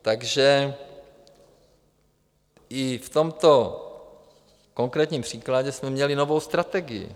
Takže i v tomto konkrétním příkladě jsme měli novou strategii.